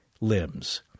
limbs